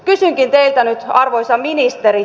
kysynkin teiltä nyt arvoisa ministeri